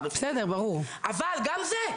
אבל גם זה,